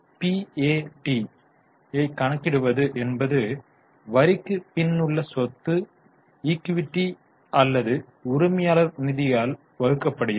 எனவே பிஏடி ஐ கணக்கிடுவது என்பது வரிக்கு பின்னுள்ள சொத்து ஈக்விட்டி அல்லது உரிமையாளர்கள் நிதிகளால் வகுக்கப்படுகிறது